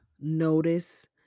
notice